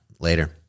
Later